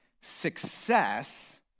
success